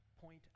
point